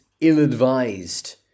ill-advised